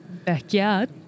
backyard